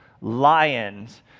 lions